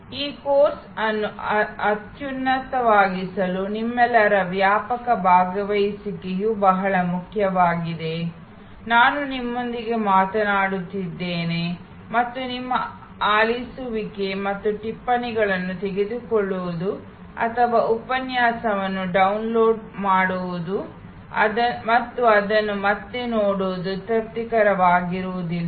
ಈ ಕೋರ್ಸ್ ಅನ್ನು ಅತ್ಯುನ್ನತವಾಗಿಸಲು ನಿಮ್ಮೆಲ್ಲರ ವ್ಯಾಪಕ ಭಾಗವಹಿಸುವಿಕೆಯು ಬಹಳ ಮುಖ್ಯವಾಗಿದೆ ನಾನು ನಿಮ್ಮೊಂದಿಗೆ ಮಾತನಾಡುತ್ತಿದ್ದೇನೆ ಮತ್ತು ನಿಮ್ಮ ಆಲಿಸುವಿಕೆ ಮತ್ತು ಟಿಪ್ಪಣಿಗಳನ್ನು ತೆಗೆದುಕೊಳ್ಳುವುದು ಅಥವಾ ಉಪನ್ಯಾಸವನ್ನು ಡೌನ್ಲೋಡ್ ಮಾಡುವುದು ಮತ್ತು ಅದನ್ನು ಮತ್ತೆ ನೋಡುವುದು ತೃಪ್ತಿಕರವಾಗಿರುವುದಿಲ್ಲ